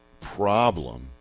problem